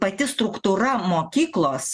pati struktūra mokyklos